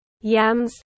yams